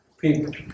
people